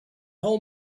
hold